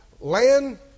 land